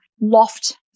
loft